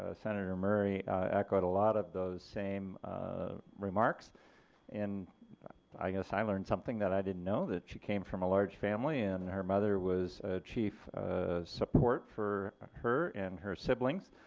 ah senator murray echoed a lot of those same remarks and i guess i learned something that i didn't know, that she came from a large family and and her mother was a chief support for her and her siblings